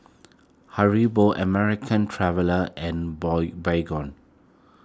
Haribo American Traveller and Boy Baygon